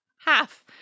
Half